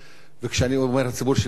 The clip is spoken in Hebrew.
כשאני אומר "הציבור שאני מייצג",